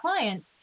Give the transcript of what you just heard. clients